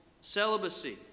celibacy